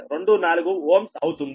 24 Ω అవుతుంది